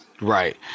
Right